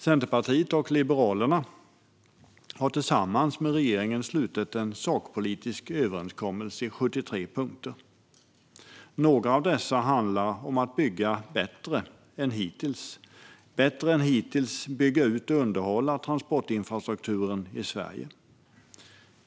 Centerpartiet och Liberalerna har tillsammans med regeringen slutit en sakpolitisk överenskommelse i 73 punkter. Några av dessa handlar om att bygga bättre än hittills. Det handlar om att bättre än hittills bygga ut underhåll av transportinfrastrukturen i Sverige.